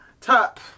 Top